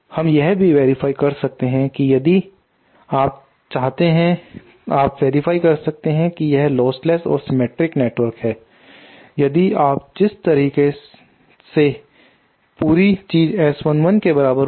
हम यह भी वेरीफाय कर सकते हैं कि यदि आप चाहते हैं कि आप वेरीफाय कर सकते हैं कि यह एक लोस्टलेस और सिमेट्रिक नेटवर्क है यदि आप जिस तरह से ही है पूरी चीज S11 के बराबर होगी